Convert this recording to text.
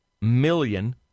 million